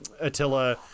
Attila